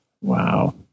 Wow